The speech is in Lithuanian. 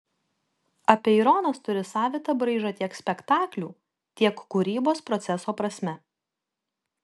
apeironas turi savitą braižą tiek spektaklių tiek kūrybos proceso prasme